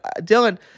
dylan